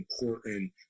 important